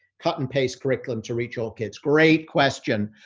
cut, and paste curriculum to reach all kids. great question.